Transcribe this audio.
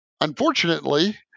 unfortunately